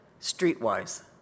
streetwise